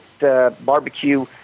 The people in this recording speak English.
barbecue